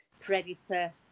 predator